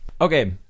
Okay